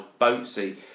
Boatsy